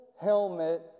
helmet